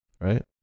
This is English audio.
right